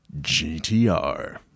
GTR